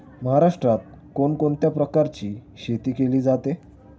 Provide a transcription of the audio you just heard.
महाराष्ट्रात कोण कोणत्या प्रकारची शेती केली जाते?